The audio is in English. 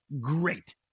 great